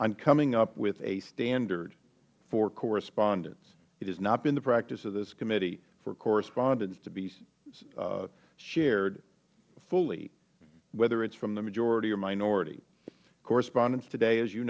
on coming up with a standard for correspondence it has not been the practice of this committee for correspondence to be shared fully whether it is from the majority or minority correspondence today as you